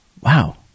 wow